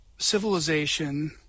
Civilization